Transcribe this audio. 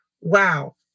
wow